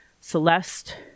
celeste